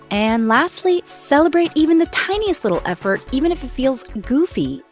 and lastly, celebrate even the tiniest little effort, even if it feels goofy.